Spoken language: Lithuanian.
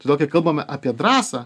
todėl kai kalbame apie drąsą